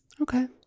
Okay